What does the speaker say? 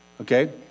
Okay